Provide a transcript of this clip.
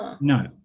no